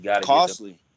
Costly